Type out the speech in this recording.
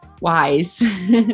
wise